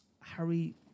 Harry